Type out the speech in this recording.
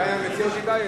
אתה ויתרת.